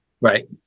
Right